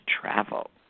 travel